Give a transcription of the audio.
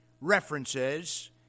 references